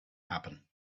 happen